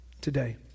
Today